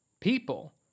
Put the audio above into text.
People